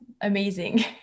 amazing